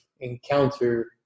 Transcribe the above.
encounter